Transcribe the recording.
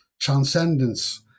transcendence